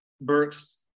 Burks